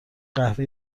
قهوه